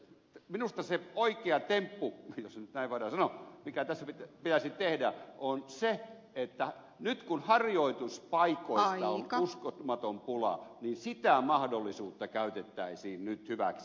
minusta se oikea temppu jos nyt näin voidaan sanoa mikä tässä pitäisi tehdä on se että nyt kun harjoituspaikoista on uskomaton pula niin sitä mahdollisuutta käytettäisiin nyt hyväksi